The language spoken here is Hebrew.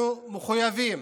אנחנו מחויבים